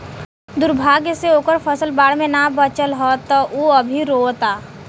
दुर्भाग्य से ओकर फसल बाढ़ में ना बाचल ह त उ अभी रोओता